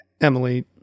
emily